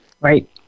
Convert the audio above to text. right